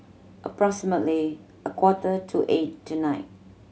approximately a quarter to eight tonight